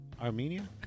Armenia